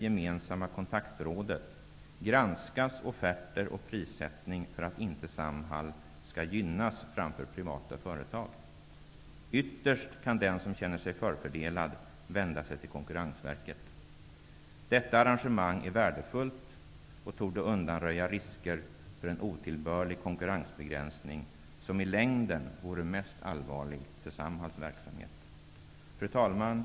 I Kontaktrådet granskas offerter och prissättning för att Samhall inte skall gynnas framför privata företag. Ytterst kan den som känner sig förfördelad vända sig till Konkurrensverket. Detta arrangemang är värdefullt och torde undanröja risker för en otillbörlig konkurrensbegränsning som i längden vore mest allvarlig för Samhalls verksamhet. Fru talman!